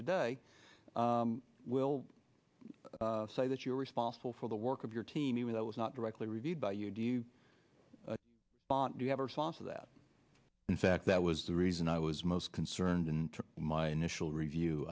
today i will say that you're responsible for the work of your team even though it was not directly reviewed by you do you bond do you have a response of that in fact that was the reason i was most concerned in my initial review